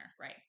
right